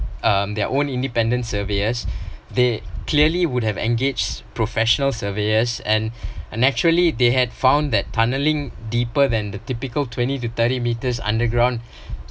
um their own independent surveyors they clearly would have engaged professional surveyors and and naturally they had found that tunnelling deeper than the typical twenty to thirty metres underground